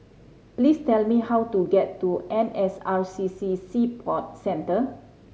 please tell me how to get to N S R C C Sea Port Centre